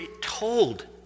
told